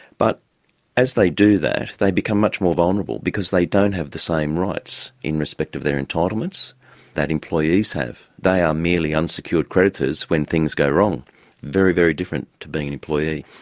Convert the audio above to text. but as they do that, they become much more vulnerable, because they don't have the same rights in respect of their entitlements that employees have. they are merely unsecured creditors when things go wrong very, very different to being an employee.